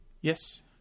yes